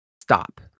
stop